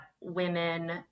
women